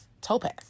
topaz